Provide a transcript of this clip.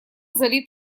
залит